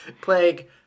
Plague